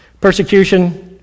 Persecution